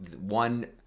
one